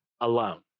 alone